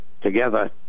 together